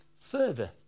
further